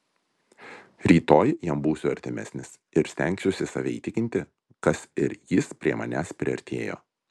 rytoj jam būsiu artimesnis ir stengsiuosi save įtikinti kas ir jis prie manęs priartėjo